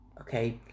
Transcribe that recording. Okay